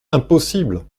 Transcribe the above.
impossible